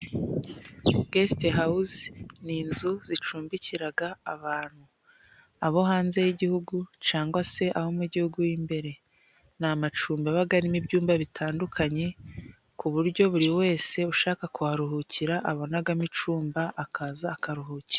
Gesite hawuze ni inzu zicumbikiraga abantu, abo hanze y'igihugu cangwa se abo mu gihugu y'imbere. Ni amacumbi yabaga arimo ibyumba bitandukanye ku buryo buri wese ushaka kuharuhukira abonagamo icumbi, akaza akaharuhukira.